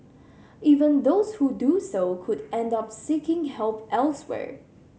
even those who do so could end up seeking help elsewhere